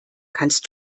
kannst